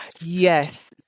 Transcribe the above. Yes